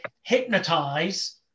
hypnotize